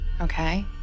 okay